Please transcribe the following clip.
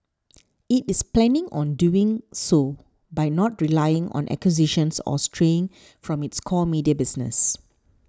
it is planning on doing so by not relying on acquisitions or straying from its core media business